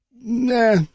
Nah